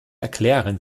erklären